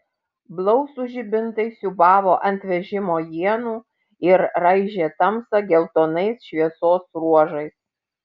blausūs žibintai siūbavo ant vežimo ienų ir raižė tamsą geltonais šviesos ruožais